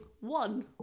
One